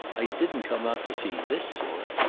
i didn't come out to see this sort.